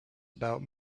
about